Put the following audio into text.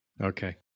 Okay